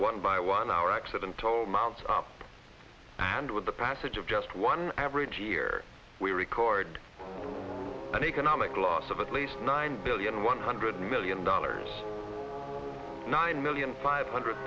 one by one accident and with the passage of just one average year we record an economic loss of at least nine billion one hundred million dollars nine million five hundred